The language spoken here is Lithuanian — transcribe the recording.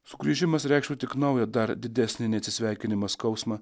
sugrįžimas reikštų tik naują dar didesnį nei atsisveikinimas skausmą